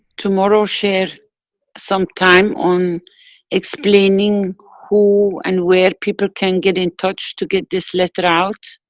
tomorrow, share sometime on explaining who and where people can get in touch to get this letter out.